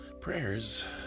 prayers